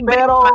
Pero